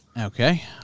Okay